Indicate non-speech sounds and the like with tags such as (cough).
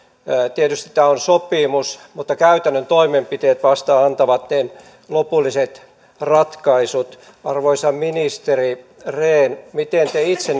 tietysti tämä on sopimus mutta käytännön toimenpiteet vasta antavat ne lopulliset ratkaisut arvoisa ministeri rehn miten te itse (unintelligible)